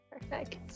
Perfect